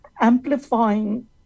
amplifying